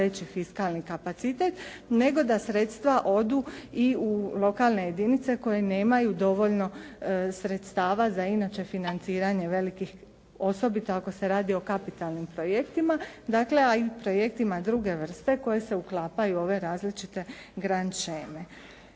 najveće fiskalni kapacitet, nego da sredstva odu i u lokalne jedinice koje nemaju dovoljno sredstava za inače financiranje velikih, osobito ako se radi o kapitalnim projektima, dakle a i projektima druge vrste koje se uklapaju u ove različite Grand sheme.